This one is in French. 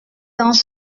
dans